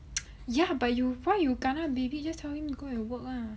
ya but you why you kena baby just tell him to go and work lah